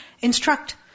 instruct